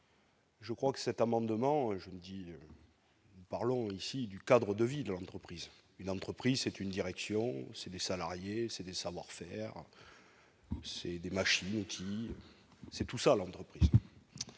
Je crois que cet amendement, je ne dis. Parlons ici du cadre de vie de l'entreprise, une entreprise, c'est une direction c'est des salariés, c'est des savoir-faire et des machines-outils, c'est tout ça à l'entreprise